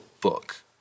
book